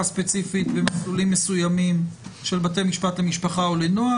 ספציפית במסלולים מסוימים של בתי משפט למשפחה או לנוער,